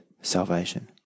salvation